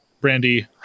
Brandy